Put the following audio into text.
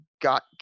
got